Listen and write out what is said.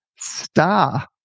star